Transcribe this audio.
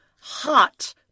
hot